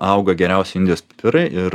auga geriausi indijos pipirai ir